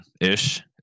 ish